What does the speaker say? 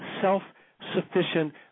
self-sufficient